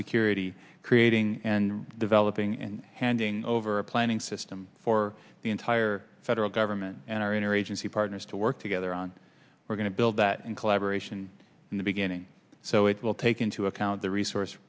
security creating and developing and handing over a planning system for the entire federal government and our inner agency partners to work together on we're going to build that in collaboration in the beginning so it will take into account the resource